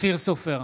אופיר סופר,